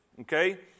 okay